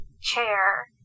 chair